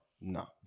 No